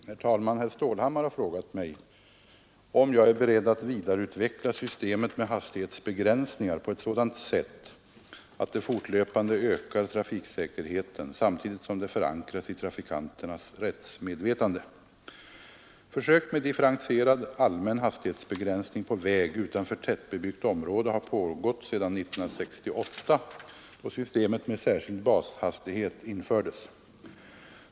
Herr talman! Herr Stålhammar har frågat mig, om jag är beredd att vidareutveckla systemet med hastighetsbegränsningar på ett sådant sätt att det fortlöpande ökar trafiksäkerheten samtidigt som det förankras i trafikanternas rättsmedvetande. Försök med differentierad allmän hastighetsbegränsning på väg utanför tättbebyggt område har pågått sedan 1968 då systemet med särskild bashastighet infördes.